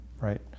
right